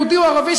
יהודי או ערבי,